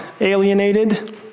alienated